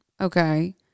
okay